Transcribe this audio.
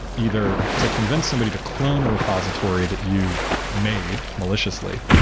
either to convince somebody to clone a repository that you've made maliciously,